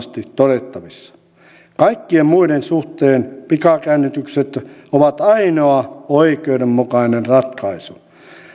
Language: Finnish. todettavissa kaikkien muiden suhteen pikakäännytykset ovat ainoa oikeudenmukainen ratkaisu